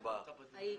הייתי.